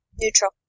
Neutral